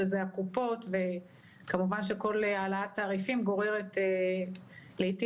שזה קופות החולים וכמובן שכל העלאת תעריפים גוררת לעתים